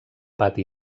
pati